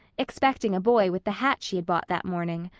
expecting a boy with the hat she had bought that morning.